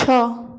ଛଅ